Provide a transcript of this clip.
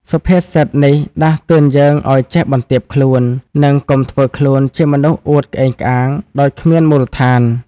សុភាសិតនេះដាស់តឿនយើងឱ្យចេះបន្ទាបខ្លួន និងកុំធ្វើខ្លួនជាមនុស្សអួតក្អេងក្អាងដោយគ្មានមូលដ្ឋាន។